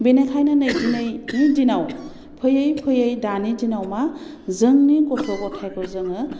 बेनिखायनो नै दिनैनि दिनाव फैयै फैयै दानि दिनाव मा जोंनि गथ' गथायखौ जोङो